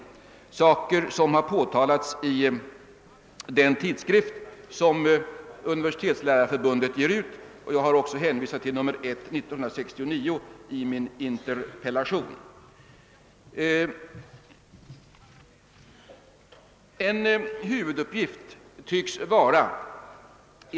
Detta är saker som påtalats i den tidskrift som Universitetslärarförbundet ger ut och jag har i min interpellation också hänvisat till dess nr 1 år 1969.